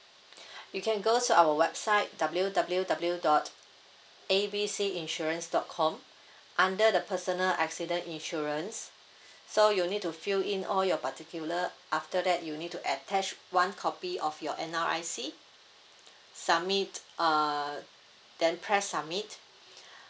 you can go to our website W W W dot A B C insurance dot com under the personal accident insurance so you need to fill in all your particular after that you need to attach one copy of your N_R_I_C submit uh then press submit